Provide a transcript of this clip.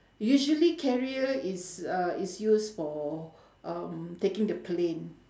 usually carrier is uh is used for um taking the plane